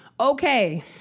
okay